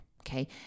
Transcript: Okay